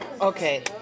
Okay